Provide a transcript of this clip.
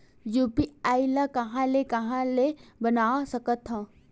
UPI ल कहां ले कहां ले बनवा सकत हन?